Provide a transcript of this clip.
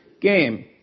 game